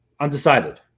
Undecided